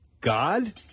God